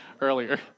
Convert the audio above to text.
earlier